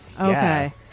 Okay